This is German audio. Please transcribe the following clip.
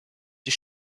die